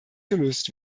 gelöst